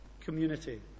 community